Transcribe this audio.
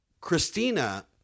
Christina